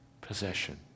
possession